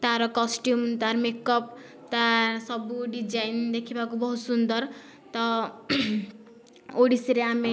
ତାର କଷ୍ଟ୍ୟୁମ ତାର ମେକଅପ୍ ତା ସବୁ ଡିଜାଇନ ଦେଖିବାକୁ ବହୁତ ସୁନ୍ଦର ତ ଓଡ଼ିଶୀରେ ଆମେ